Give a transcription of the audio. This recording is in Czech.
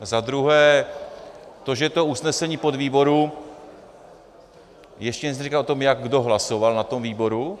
Za druhé, že je to usnesení podvýboru, ještě nic neříká tom, jak kdo hlasoval na tom výboru.